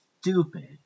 stupid